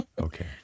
okay